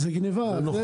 זאת גניבה.